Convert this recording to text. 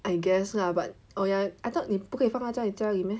I guess lah but oh ya I thought 你不可以放他在家里 meh